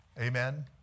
Amen